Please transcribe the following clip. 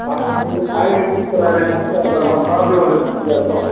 ఆయన్ని ఆయన్ని తీసుకురా నేను మాట్లాడుతాను ప్రాబ్లం ఉంటే సాల్వ్ చేస్తాము